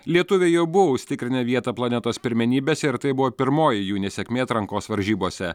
lietuviai jau buvo užsitikrinę vietą planetos pirmenybėse ir tai buvo pirmoji jų nesėkmė atrankos varžybose